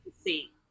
see